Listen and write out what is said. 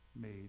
made